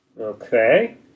Okay